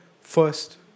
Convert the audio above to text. First